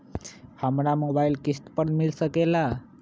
हमरा मोबाइल किस्त पर मिल सकेला?